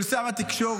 של שר התקשורת,